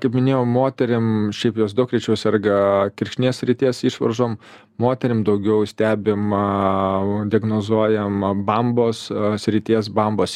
kaip minėjau moterim šiaip jos daug rečiau serga kirkšnies srities išvaržom moterim daugiau stebima diagnozuojama bambos srities bambos